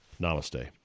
Namaste